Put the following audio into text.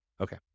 Okay